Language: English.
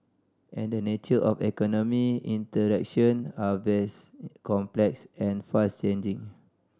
and the nature of the economy interaction are vast complex and fast changing